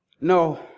No